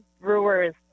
Brewers